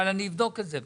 אני אבדוק את זה.